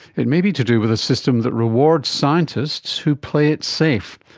it may be to do with a system that rewards scientists who play it safe,